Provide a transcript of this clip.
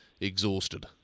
exhausted